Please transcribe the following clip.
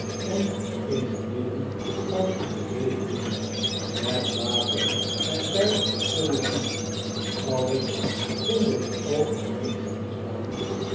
en in het midden van het deeg doen met water er bij voor de jus alles zonder een oog naar hem op te slaan